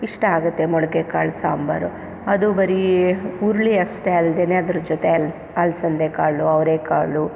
ಇಷ್ಟ ಆಗುತ್ತೆ ಮೊಳಕೆ ಕಾಳು ಸಾಂಬರು ಅದು ಬರೀ ಹುರಳಿ ಅಷ್ಟೇ ಅಲ್ಲದೇನೇ ಅದ್ರ ಜೊತೆ ಅಲ್ಸ್ ಅಲಸಂದೇ ಕಾಳು ಅವರೇಕಾಳು